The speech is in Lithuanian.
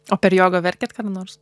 o per joga verkėt kada nors